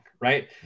right